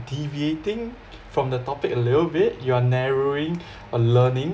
deviating from the topic a little bit you are narrowing a learning